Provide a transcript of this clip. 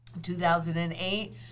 2008